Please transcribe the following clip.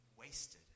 wasted